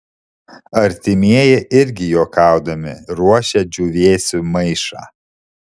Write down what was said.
artimieji irgi juokaudami ruošia džiūvėsių maišą